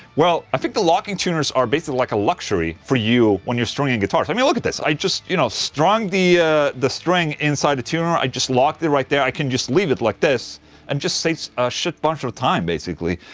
well, i think the locking tuners are basically like a luxury for you when you're stringing guitars. i mean, look at this, i just you know strung the the string inside the tuner i just locked it right there, i can just leave it like this and just save a shit bunch of time basically.